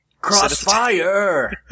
Crossfire